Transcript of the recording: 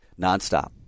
nonstop